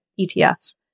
ETFs